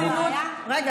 סליחה,